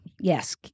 Yes